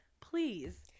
please